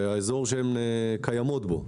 זה האזור שהן קיימות בו.